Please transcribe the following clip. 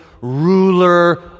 ruler